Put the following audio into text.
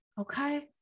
Okay